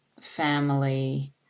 family